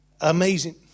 amazing